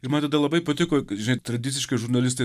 ir man tada labai patiko žinai tradiciškai žurnalistai